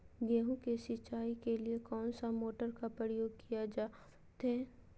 गेहूं के सिंचाई के लिए कौन सा मोटर का प्रयोग किया जावत है?